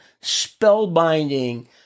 spellbinding